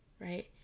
right